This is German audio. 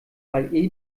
weil